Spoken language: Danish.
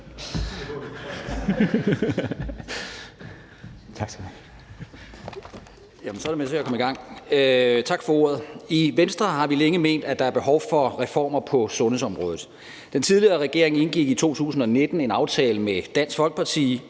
Tak for ordet. I Venstre har vi længe ment, at der er behov for reformer på sundhedsområdet. Den tidligere regering indgik i 2019 en aftale med Dansk Folkeparti